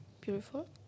beautiful